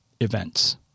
events